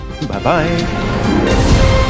Bye-bye